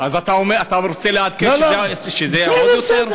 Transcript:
אתה רוצה לעדכן, זה יהיה עוד יותר?